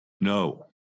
No